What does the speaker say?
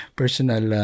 personal